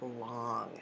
long